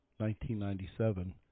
1997